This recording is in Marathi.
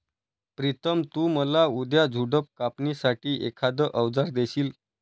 प्रितम तु मला उद्या झुडप कापणी साठी एखाद अवजार देशील?